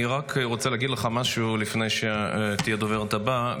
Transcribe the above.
אני רק רוצה להגיד לך משהו לפני שתהיה הדוברת הבאה,